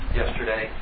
yesterday